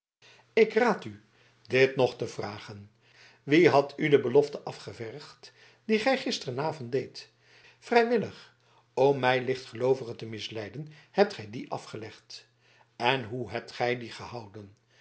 ik raad u dit nog te vragen wie had u de belofte afgevergd die gij gisteravond deedt vrijwillig om mij lichtgeloovige te misleiden hebt gij die afgelegd en hoe hebt gij die gehouden